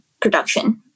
production